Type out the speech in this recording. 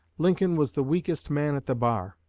lincoln was the weakest man at the bar.